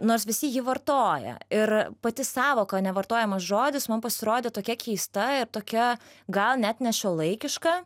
nors visi jį vartoja ir pati sąvoka nevartojamas žodis man pasirodė tokia keista ir tokia gal net nešiuolaikiška